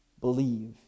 believe